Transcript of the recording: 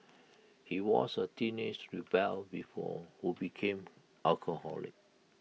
he was A teenage rebel before who became alcoholic